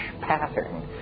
pattern